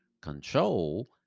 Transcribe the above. control